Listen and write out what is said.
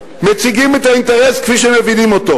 מציגים את האינטרס כפי שהם מבינים אותו.